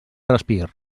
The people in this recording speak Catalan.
respir